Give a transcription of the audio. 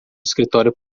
escritório